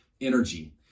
energy